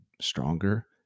stronger